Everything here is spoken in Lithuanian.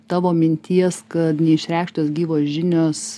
tavo minties kad neišreikštos gyvos žinios